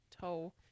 toe